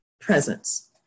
presence